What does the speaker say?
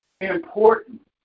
important